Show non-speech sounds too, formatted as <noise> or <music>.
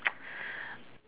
<noise>